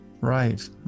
Right